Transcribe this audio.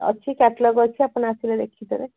ଅଛି କାଟଲଗ୍ ଅଛି ଆପଣ ଆସିଲେ ଦେଖିଦେବେ